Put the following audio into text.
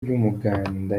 by’umuganda